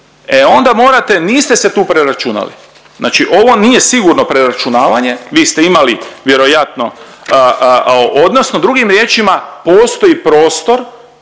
E onda morate, niste se tu preračunali, znači ovo nije sigurno preračunavanje. Vi ste imali vjerojatno odnosno drugim riječima postoji prostor,